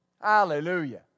Hallelujah